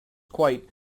quite